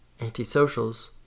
antisocials